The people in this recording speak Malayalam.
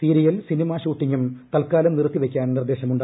സീരിയൽ സിനിമ ഷൂട്ടിംഗും തൽക്കാലം നിർത്തിവെക്കാൻ നിർദേശമുണ്ട്